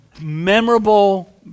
memorable